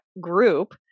group